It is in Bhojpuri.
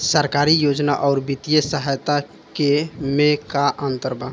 सरकारी योजना आउर वित्तीय सहायता के में का अंतर बा?